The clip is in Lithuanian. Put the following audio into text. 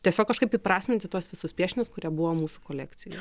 tiesiog kažkaip įprasminti tuos visus piešinius kurie buvo mūsų kolekcijoj